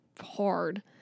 hard